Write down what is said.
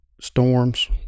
storms